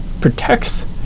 protects